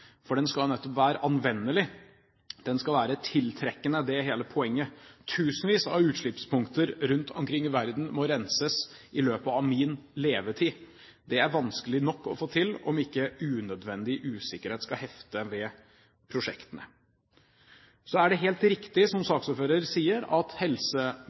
for den skal nettopp være anvendelig. Den skal være tiltrekkende, det er hele poenget. Tusenvis av utslippspunkter rundt omkring i verden må renses i løpet av min levetid. Det er vanskelig nok å få til om ikke unødvendig usikkerhet skal hefte ved prosjektene. Så er det helt riktig, som saksordføreren sier, at